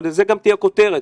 אבל זו גם תהיה הכותרת,